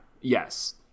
Yes